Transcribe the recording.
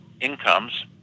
incomes